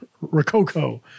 Rococo